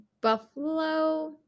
Buffalo